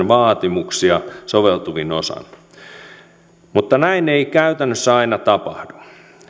vaatimuksia soveltuvin osin mutta näin ei käytännössä aina tapahdu